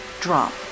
drop